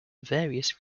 various